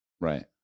right